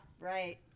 right